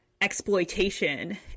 exploitation